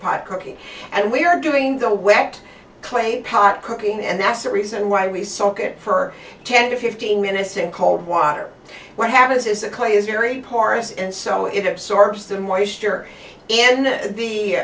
pot cooking and we're doing the wet clay pot cooking and that's the reason why we soak it for ten to fifteen minutes in cold water what happens is the clay is very porous and so it absorbs the noise here and the